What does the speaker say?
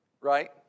right